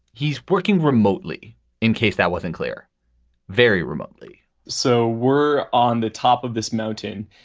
he's working remotely in case that wasn't clear very remotely so were on the top of this mountain.